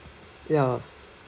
ya